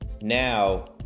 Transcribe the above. now